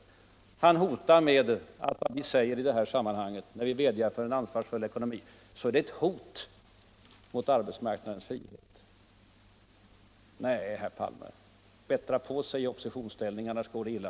Allmänpolitisk debatt Allmänpolitisk debatt När vi vädjar om förståelse för en ansvarsfull poliuk, så säger herr Palme att det är ett hot mot arbetsmarknadens frihet. Nej. herr Palme, bättra på sig i oppositionsstiällning! Annars går det illa.